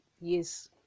Yes